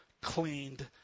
cleaned